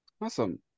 awesome